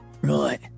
Right